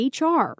HR